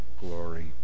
glory